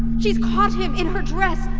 she's caught him in her dress,